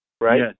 right